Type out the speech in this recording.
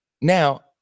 Now